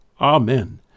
Amen